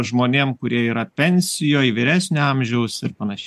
žmonėm kurie yra pensijoj vyresnio amžiaus ir panašiai